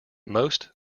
most